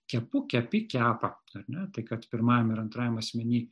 kepu kepi kepa ar ne tai kad pirmajam ir antrajam asmeny